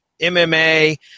MMA